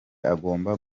agomba